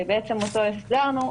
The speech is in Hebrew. שאותו החזרנו,